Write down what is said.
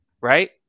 right